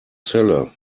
celle